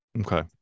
Okay